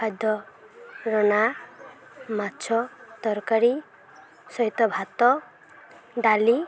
ଖାଦ୍ୟ ମାଛ ତରକାରୀ ସହିତ ଭାତ ଡାଲି